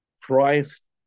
Christ